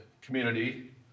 community